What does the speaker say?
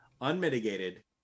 unmitigated